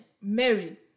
Mary